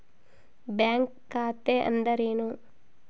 Bank ಖಾತೆ ಅಂದರೆ ಏನು?